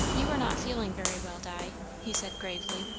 you are not feeling very well, di, he said gravely.